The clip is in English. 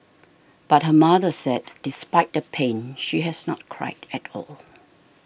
but her mother said despite the pain she has not cried at all